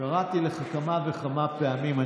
קראתי לך כמה וכמה פעמים.